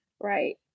right